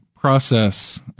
process